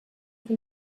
from